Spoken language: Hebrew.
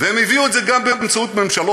והם הביאו את זה גם באמצעות ממשלות,